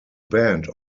band